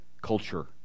culture